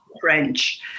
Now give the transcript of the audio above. French